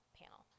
panel